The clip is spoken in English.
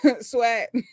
Sweat